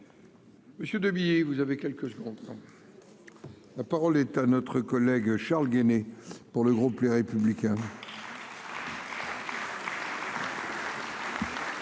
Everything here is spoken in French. Monsieur de billets, vous avez quelques secondes, la parole est à notre collègue Charles Guené pour le groupe Les Républicains.